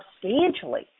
substantially